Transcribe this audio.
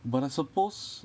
but I suppose